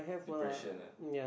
depression ah